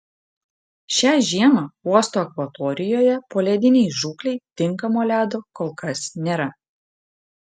šią žiemą uosto akvatorijoje poledinei žūklei tinkamo ledo kol kas nėra